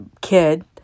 kid